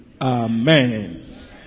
Amen